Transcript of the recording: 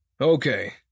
Okay